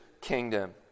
kingdom